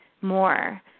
more